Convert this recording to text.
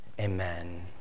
Amen